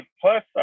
Plus